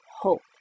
hope